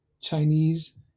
Chinese